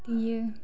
देयो